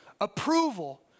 approval